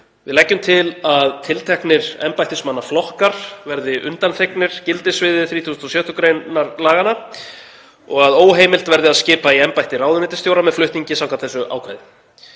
Við leggjum til að tilteknir embættismannaflokkar verði undanþegnir gildissviði 36. gr. laganna og að óheimilt verði að skipa í embætti ráðuneytisstjóra með flutningi samkvæmt þessu ákvæði.